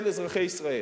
אזרחי ישראל.